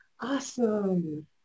Awesome